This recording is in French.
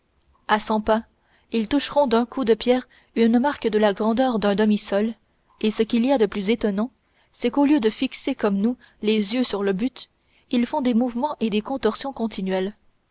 à cent pas ils toucheront d'un coup de pierre une marque de la grandeur d'un demi sol et ce qu'il y a de plus étonnant c'est qu'au lieu de fixer comme nous les yeux sur le but ils font des mouvements et des contorsions continuelles